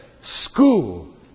school